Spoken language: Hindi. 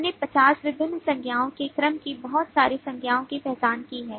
हमने 50 विभिन्न संज्ञाओं के क्रम की बहुत सारी संज्ञाओं की पहचान की है